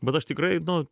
bet aš tikrai nu